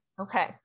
Okay